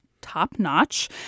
top-notch